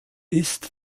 ist